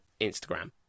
Instagram